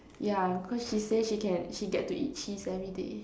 yeah cause she say she can she get to eat cheese everyday